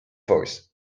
voice